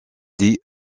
dit